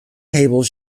table